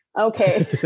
okay